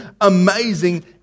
amazing